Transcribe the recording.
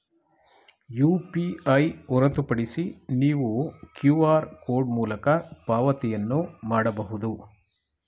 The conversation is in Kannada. ಯು.ಪಿ.ಐ ಹೊರತುಪಡಿಸಿ ನೀವು ಕ್ಯೂ.ಆರ್ ಕೋಡ್ ಮೂಲಕ ಪಾವತಿಯನ್ನು ಮಾಡಬಹುದು